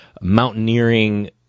mountaineering